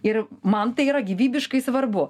ir man tai yra gyvybiškai svarbu